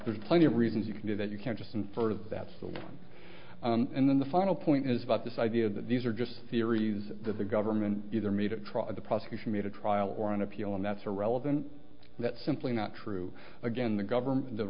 there's plenty of reasons you can do that you can't just infer of that stuff and then the final point is about this idea that these are just theories that the government either meet at trial the prosecution made a trial or an appeal and that's irrelevant that's simply not true again the government the